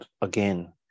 again